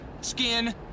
skin